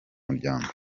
muryango